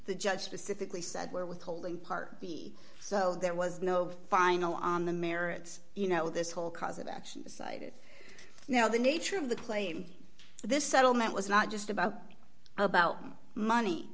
the judge specifically said we're withholding part b so there was no final on the merits you know this whole cause of action decided you know the nature of the claim this settlement was not just about how about money